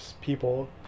people